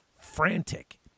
frantic